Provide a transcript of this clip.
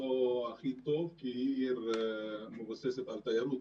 הכי טוב כי היא עיר מבוססת תיירות,